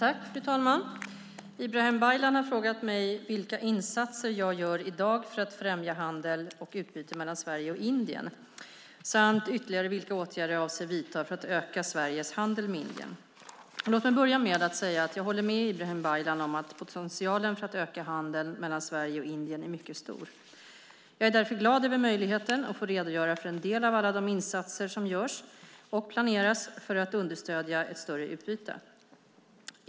Fru talman! Ibrahim Baylan har frågat mig vilka insatser jag gör i dag för att främja handel och utbyte mellan Sverige och Indien samt vilka ytterligare åtgärder jag avser att vidta för att öka Sveriges handel med Indien. Låt mig börja med att säga att jag håller med Ibrahim Baylan om att potentialen för att öka handeln mellan Sverige och Indien är mycket stor. Jag är därför glad över möjligheten att få redogöra för en del av alla de insatser som görs och planeras för att understödja ett större utbyte.